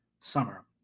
Summer